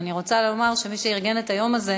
ואני רוצה לומר שמי שארגן את היום הזה,